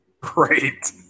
Great